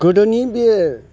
गोदोनि बे